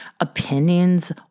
opinions